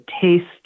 taste